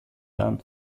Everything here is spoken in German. waren